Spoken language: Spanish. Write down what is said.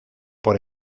por